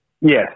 Yes